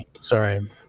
Sorry